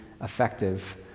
effective